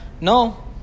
no